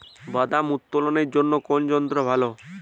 বাদাম উত্তোলনের জন্য কোন যন্ত্র ভালো?